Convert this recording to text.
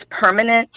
permanent